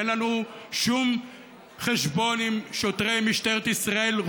אין לנו שום חשבון עם שוטרי משטרת ישראל,